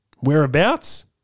whereabouts